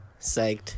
psyched